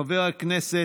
חבר הכנסת,